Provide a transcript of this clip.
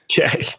Okay